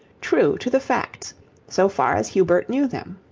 true to the facts so far as hubert knew them.